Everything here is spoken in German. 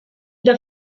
der